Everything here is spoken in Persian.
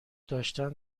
داشتن